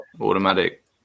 automatic